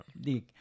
Dick